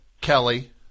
Kelly